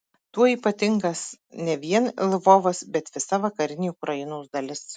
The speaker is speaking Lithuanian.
tuo ypatingas ne vien lvovas bet visa vakarinė ukrainos dalis